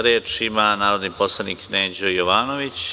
Reč ima narodni poslanik Neđo Jovanović.